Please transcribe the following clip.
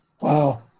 Wow